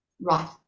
right